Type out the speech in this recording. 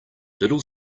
little